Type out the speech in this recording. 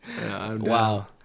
wow